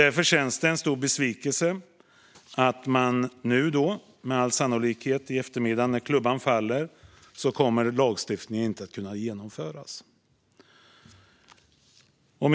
Därför är det en stor besvikelse att lagstiftningen med all sannolikhet inte kommer att bli verklighet när klubban faller i eftermiddag.